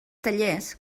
tallers